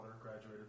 graduated